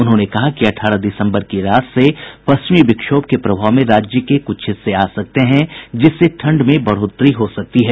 उन्होंने कहा कि अठारह दिसम्बर की रात से पश्चिमी विक्षोभ के प्रभाव में राज्य के कुछ हिस्से आ सकते हैं जिससे ठंड में बढ़ोत्तरी हो सकती है